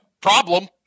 problem